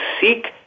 seek